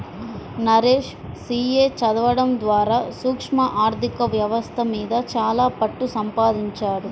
Naresh CA చదవడం ద్వారా సూక్ష్మ ఆర్ధిక వ్యవస్థ మీద చాలా పట్టుసంపాదించాడు